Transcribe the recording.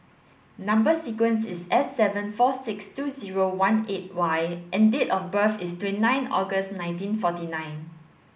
number sequence is S seven four six two zero one eight Y and date of birth is twenty nine August nineteen forty nine